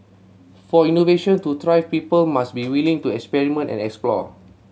for innovation to thrive people must be willing to experiment and explore